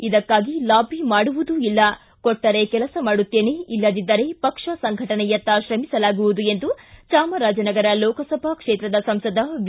ಇದಕ್ಕಾಗಿ ಲಾಬಿ ಮಾಡುವುದು ಇಲ್ಲ ಕೊಟ್ಟರೆ ಕೆಲಸ ಮಾಡುತ್ತೇನೆ ಇಲ್ಲದಿದ್ದರೆ ಪಕ್ಷ ಸಂಘಟನೆಯತ್ತ ಶ್ರಮಿಸಲಾಗುವುದು ಎಂದು ಚಾಮರಾಜನಗರ ಲೋಕಸಭಾ ಕ್ಷೇತ್ರದ ಸಂಸದ ವಿ